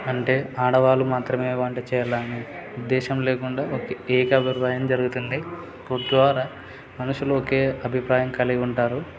అంటే ఆడవాళ్ళు మాత్రమే వంట చేయాలనే ఉద్దేశం లేకుండా ఒక ఏకాభిప్రాయం జరుగుతుంది తద్వారా మనుషులు ఒకే అభిప్రాయం కలిగి ఉంటారు